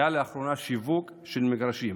היה לאחרונה שיווק של מגרשים.